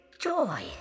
Joy